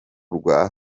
rwa